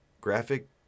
graphic